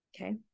okay